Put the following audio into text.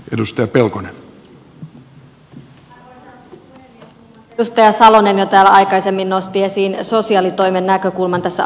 muun muassa edustaja salonen täällä jo aikaisemmin nosti esiin sosiaalitoimen näkökulman tässä asuntoasiassa